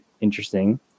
interesting